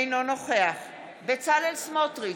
אינו נוכח בצלאל סמוטריץ'